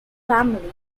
family